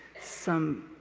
some